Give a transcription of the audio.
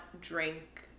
drink